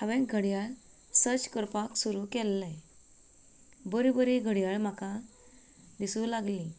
हांवेन घडयाळ सर्च करपाक सुरू केल्ले बऱ्यो बरें घडयाळ म्हाका दिसूंक लागली